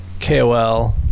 KOL